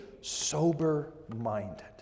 sober-minded